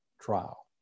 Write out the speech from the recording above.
Trial